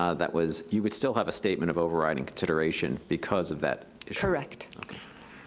ah that was, you would still have a statement of overriding consideration because of that issue? correct.